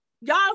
Y'all